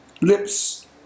lips